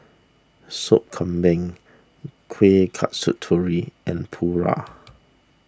Sop Kambing Kueh Kasturi and Paru